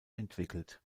entwickelt